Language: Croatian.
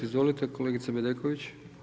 Izvolite kolegice Bedeković.